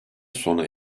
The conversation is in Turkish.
sona